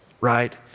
right